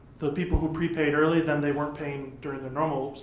the people who prepaid early then they weren't paying during the normal